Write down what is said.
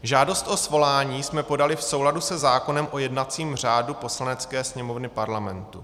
Žádost o svolání jsme podali v souladu se zákonem o jednacím řádu Poslanecké sněmovny Parlamentu.